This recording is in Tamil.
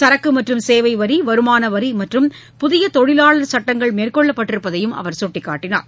சரக்கு மற்றும் சேவை வரி வருமான வரி மற்றும் புதிய தொழிலாளர் சட்டங்கள் மேற்கொள்ளப்பட்டிருப்பதையும் அவர் சுட்டிக்காட்டினார்